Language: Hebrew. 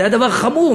זה היה דבר חמור,